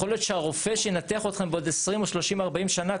להיות שהרופא שינתח אתכם בעוד 20 או 30-40 שנה,